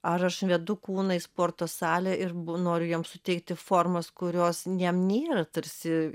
ar aš vedu kūnais sporto salę ir noriu jam suteikti formas kurios jam nėra tarsi